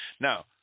Now